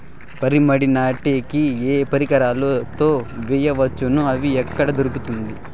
వరి మడి నాటే కి ఏ పరికరాలు తో వేయవచ్చును అవి ఎక్కడ దొరుకుతుంది?